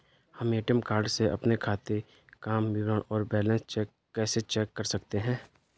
हम ATM card से अपने खाते काम विवरण और बैलेंस कैसे चेक कर सकते हैं?